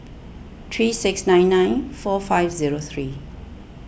three six nine nine four five zero three